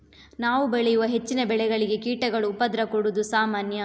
ನಾವು ಬೆಳೆಯುವ ಹೆಚ್ಚಿನ ಬೆಳೆಗಳಿಗೆ ಕೀಟಗಳು ಉಪದ್ರ ಕೊಡುದು ಸಾಮಾನ್ಯ